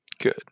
good